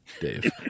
Dave